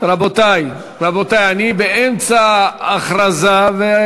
מוקדם בוועדה שתקבע ועדת הכנסת נתקבלה.